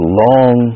long